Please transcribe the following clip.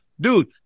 Dude